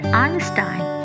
Einstein